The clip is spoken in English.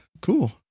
cool